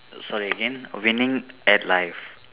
sorry again winning at life